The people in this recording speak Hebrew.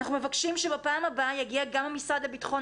אנחנו מבקשים שבפעם הבאה יגיע גם המשרד לבטחון